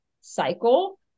cycle